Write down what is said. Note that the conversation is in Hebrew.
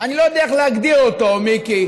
אני לא יודע איך להגדיר אותו, מיקי,